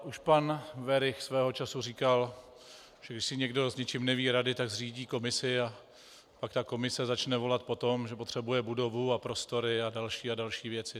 Už pan Werich svého času říkal, že když si někdo s něčím neví rady, tak zřídí komisi, a pak ta komise začne volat po tom, že potřebuje budovu a prostory a další a další věci.